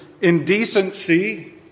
indecency